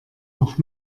noch